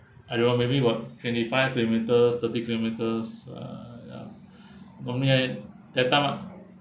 I don't know maybe about twenty five kilometres thirty kilometres uh ya for me right that time ah